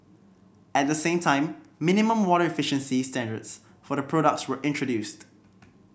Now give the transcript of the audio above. at the same time minimum water efficiency standards for the products were introduced